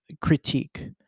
critique